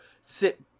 Sit